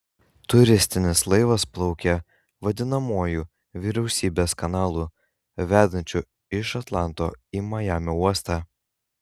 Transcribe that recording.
turistinis laivas plaukė vadinamuoju vyriausybės kanalu vedančiu iš atlanto į majamio uostą